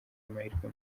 amahirwe